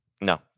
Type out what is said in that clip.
No